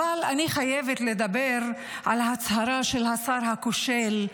אני חייבת לדבר על ההצהרה של השר הכושל,